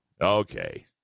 Okay